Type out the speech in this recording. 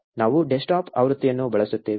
ನಾವು ಡೆಸ್ಕ್ಟಾಪ್ ಆವೃತ್ತಿಯನ್ನು ಬಳಸುತ್ತೇವೆ